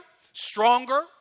stronger